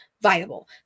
viable